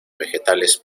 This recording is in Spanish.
vegetales